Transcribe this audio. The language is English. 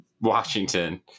Washington